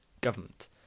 government